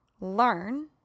learn